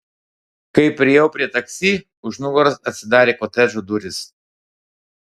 kai priėjau prie taksi už nugaros atsidarė kotedžo durys